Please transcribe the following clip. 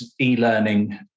e-learning